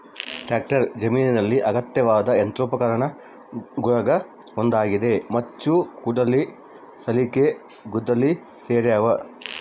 tractor ಜಮೀನಿನಲ್ಲಿ ಅಗತ್ಯವಾದ ಯಂತ್ರೋಪಕರಣಗುಳಗ ಒಂದಾಗಿದೆ ಮಚ್ಚು ಕೊಡಲಿ ಸಲಿಕೆ ಗುದ್ದಲಿ ಸೇರ್ಯಾವ